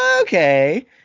okay